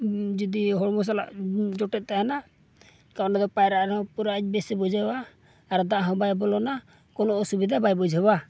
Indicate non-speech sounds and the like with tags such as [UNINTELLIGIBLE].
ᱡᱩᱫᱤ ᱦᱚᱲᱢᱚ ᱥᱟᱞᱟᱜ ᱡᱚᱴᱮᱫ ᱛᱟᱦᱮᱱᱟ [UNINTELLIGIBLE] ᱚᱸᱰᱮᱫᱚ ᱯᱟᱭᱨᱟᱜ ᱨᱮᱦᱚᱸᱭ ᱯᱩᱨᱟᱹ ᱟᱡ ᱵᱮᱥᱮ ᱵᱩᱡᱷᱟᱹᱣᱟ ᱟᱨ ᱫᱟᱜᱦᱚᱸ ᱵᱟᱭ ᱵᱚᱞᱚᱱᱟ ᱠᱳᱱᱳ ᱚᱥᱩᱵᱤᱫᱷᱟ ᱵᱟᱭ ᱵᱩᱡᱷᱟᱹᱣᱟ